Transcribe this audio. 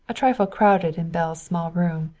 a trifle crowded in belle's small room.